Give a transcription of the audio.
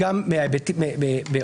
בעצם פסק דין חרות.